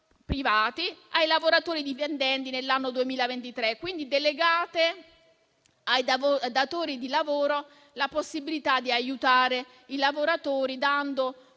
privati ai lavoratori dipendenti nell'anno 2023. Delegate quindi ai datori di lavoro la possibilità di aiutare i lavoratori dando